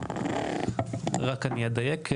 רק אני אדייק.